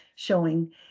showing